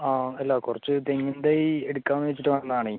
ആ അല്ല കുറച്ച് തെങ്ങിൻതൈ എടുക്കാമെന്ന് വച്ചിട്ട് വന്നതാണ്